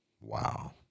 Wow